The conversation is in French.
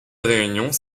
réunions